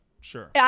sure